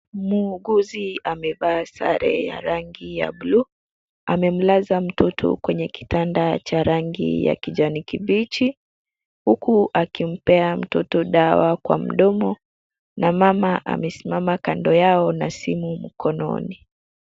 Muuguzi amevaa sare ya rangi ya bluu. Amemlaza mtoto kwenye kitanda cha rangi ya kijani kibichi, huku akimpea mtoto dawa kwa mdomo, na mama amesimama kando yao na simu mkononi.